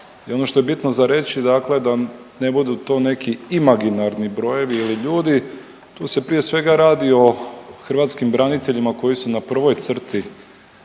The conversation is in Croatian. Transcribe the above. ono što je bitno za reći dakle da ne budu to neki imaginarni brojevi ili ljudi, tu se prije svega radi o hrvatskim braniteljima koji su na prvoj crti